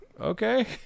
okay